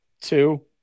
two